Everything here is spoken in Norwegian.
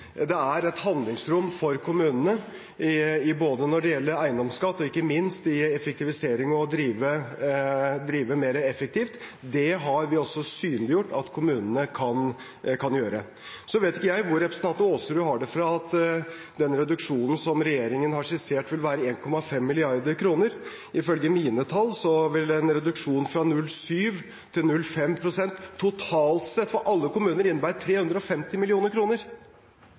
det er et handlingsrom for kommunene når det gjelder både eiendomsskatt og ikke minst i effektivisering, å drive mer effektivt. Det har vi også synliggjort at kommunene kan gjøre. Jeg vet ikke hvor representanten Aasrud har det fra at den reduksjonen som regjeringen har skissert, vil være 1,5 mrd. kr. Ifølge mine tall vil en reduksjon fra 0,7 pst. til 0,5 pst. totalt sett, for alle kommuner, innebære 350